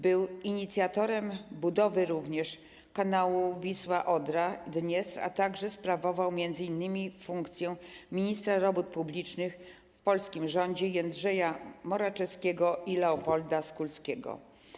Był również inicjatorem budowy kanału Wisła-Odra-Dniestr, a także sprawował m.in. funkcję ministra robót publicznych w polskim rządzie Jędrzeja Moraczewskiego i Leopolda Skulskiego.